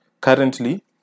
currently